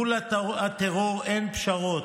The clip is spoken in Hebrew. מול הטרור אין פשרות.